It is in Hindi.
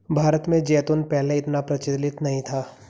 भारत में जैतून पहले इतना प्रचलित नहीं था